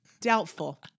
Doubtful